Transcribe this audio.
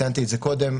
ציינתי את זה קודם.